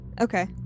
Okay